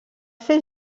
fer